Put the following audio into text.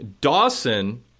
Dawson